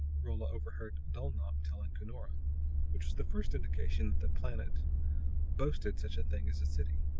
rolla overheard dulnop telling cunora which was the first indication that the planet boasted such a thing as a city.